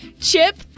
Chip